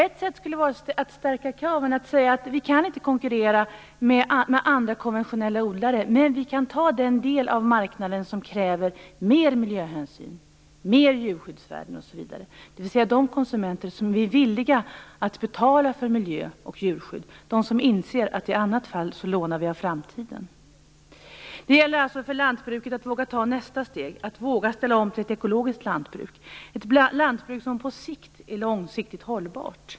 Ett sätt skulle vara att höja kraven och säga: Vi kan inte konkurrera med andra konventionella odlare, men vi kan ta den del av marknaden som kräver större miljöhänsyn och högre djurskyddsvärden, dvs. de konsumenter som är villiga att betala för miljö och djurskydd. De inser att vi i annat fall lånar av framtiden. Det gäller alltså för lantbruket att våga ta nästa steg, att våga ställa om till ett ekologiskt lantbruk, som på sikt är hållbart.